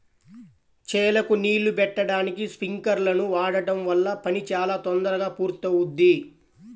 చేలకు నీళ్ళు బెట్టడానికి స్పింకర్లను వాడడం వల్ల పని చాలా తొందరగా పూర్తవుద్ది